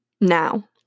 now